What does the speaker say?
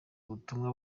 ubutumwa